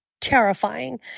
terrifying